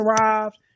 arrived